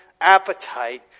appetite